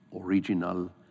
original